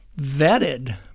vetted